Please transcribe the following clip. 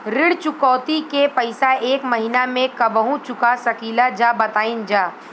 ऋण चुकौती के पैसा एक महिना मे कबहू चुका सकीला जा बताईन जा?